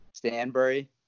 stanbury